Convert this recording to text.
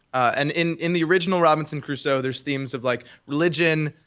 and in in the original robinson crusoe, there's themes of like religion,